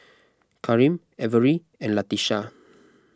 Karim Averi and Latesha